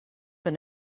been